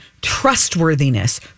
trustworthiness